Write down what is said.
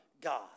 God